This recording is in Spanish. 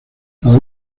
cada